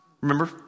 Remember